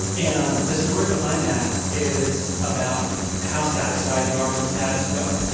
and the story behind that is about how satisfied you are with the status quo